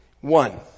One